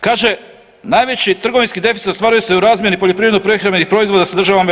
Kaže, najveći trgovinski deficit ostvaruje se u razmjeni poljoprivredno prehrambenih proizvoda sa državama EU.